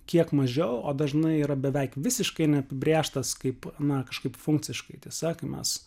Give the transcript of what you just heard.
kiek mažiau o dažnai yra beveik visiškai neapibrėžtas kaip na kažkaip funkciškai įsakymas